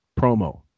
Promo